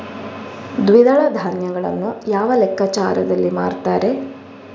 ದ್ವಿದಳ ಧಾನ್ಯಗಳನ್ನು ಯಾವ ಲೆಕ್ಕಾಚಾರದಲ್ಲಿ ಮಾರ್ತಾರೆ?